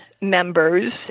members